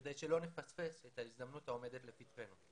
כדי שלא נפספס את ההזדמנות העומדת לפתחנו.